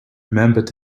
remembered